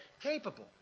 capable